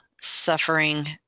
suffering